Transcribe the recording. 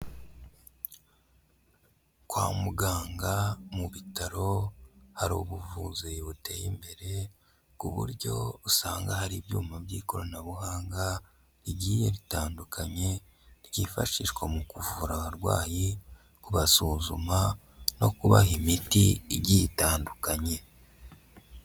Kwa muganga mu bitaro hari ubuvuzi buteye imbere, ku buryo usanga hari ibyuma by'ikoranabuhanga bigiye bitandukanye, byifashishwa mu kuvura abarwayi, kubasuzuma no kubaha imiti igiye itandukanye.